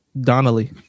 Donnelly